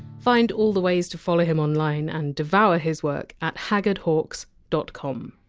find all the ways to follow him online and devour his work at haggardhawks dot com